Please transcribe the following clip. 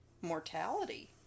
mortality